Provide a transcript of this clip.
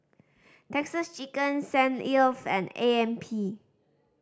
Texas Chicken Saint Ives and A M P